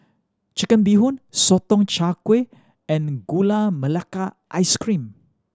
Chicken Bee Hoon Sotong Char Kway and Gula Melaka Ice Cream